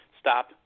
Stop